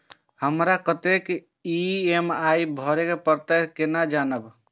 हमरा कतेक ई.एम.आई भरें परतें से केना जानब?